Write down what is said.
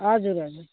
हजुर हजुर